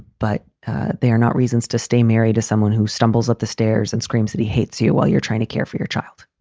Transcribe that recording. but they are not reasons to stay married to someone who stumbles up the stairs and screams that he hates you while you're trying to care for your child